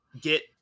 get